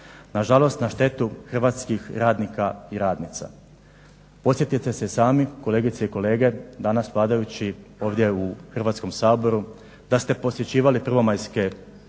Nažalost na štetu hrvatskih radnika i radnica. Podsjetite se sami kolegice i kolege danas vladajući ovdje u Hrvatskom saboru da ste posjećivali Prvomajske svečanosti,